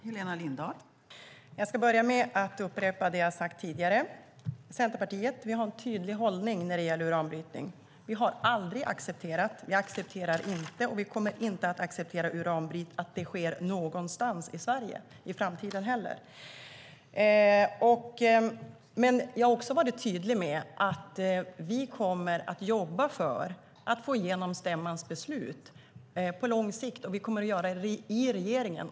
Fru talman! Jag ska börja med att upprepa det jag har sagt tidigare. Centerpartiet har en tydlig hållning när det gäller uranbrytning. Vi har aldrig accepterat, vi accepterar inte och vi kommer inte att acceptera att uranbrytning sker någonstans i Sverige och inte heller i framtiden. Jag har också varit tydlig med att vi kommer att jobba för att få igenom stämmans beslut på lång sikt. Det kommer vi att göra i regeringen.